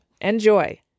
Enjoy